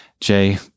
Jay